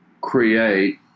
create